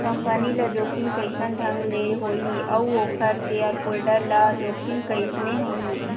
Company ल जोखिम कइसन ढंग ले होही अउ ओखर सेयर होल्डर ल जोखिम कइसने होही?